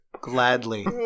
Gladly